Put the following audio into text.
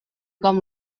com